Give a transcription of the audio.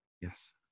Yes